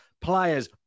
players